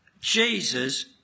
Jesus